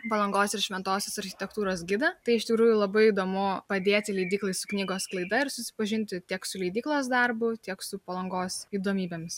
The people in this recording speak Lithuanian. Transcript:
palangos ir šventosios architektūros gidą tai iš tikrųjų labai įdomu padėti leidyklai su knygos sklaida ir susipažinti tiek su leidyklos darbu tiek su palangos įdomybėmis